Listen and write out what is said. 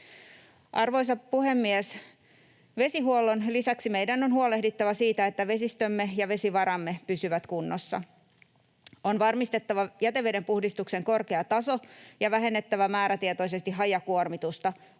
Arvoisa puhemies! Vesihuollon lisäksi meidän on huolehdittava siitä, että vesistömme ja vesivaramme pysyvät kunnossa. On varmistettava jätevedenpuhdistuksen korkea taso ja vähennettävä määrätietoisesti hajakuormitusta muun